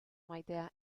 maitea